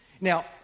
Now